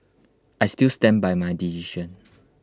I still stand by my decision